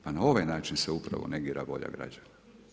Pa na ovaj način se upravo negira volja građana.